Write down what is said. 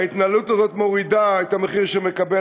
ההתנהלות הזאת מורידה את המחיר שמקבל